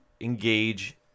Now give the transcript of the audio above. engage